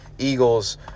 Eagles